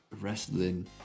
wrestling